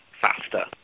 faster